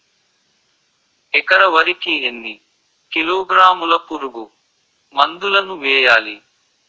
ఎకర వరి కి ఎన్ని కిలోగ్రాముల పురుగు మందులను వేయాలి?